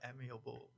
amiable